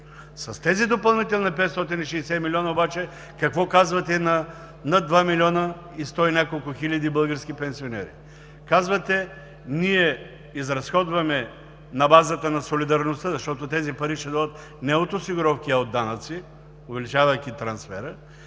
С тези допълнителни 560 млн. лв. обаче какво казвате на над два милиона и сто и няколко хиляди български пенсионери? Казвате: ние изразходваме на базата на солидарността, защото тези пари ще дойдат не от осигуровки, а от данъци. Увеличавайки трансфера,